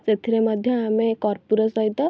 ସେଥିରେ ମଧ୍ୟ ଆମେ କର୍ପୂର ସହିତ